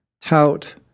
tout